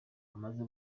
amaze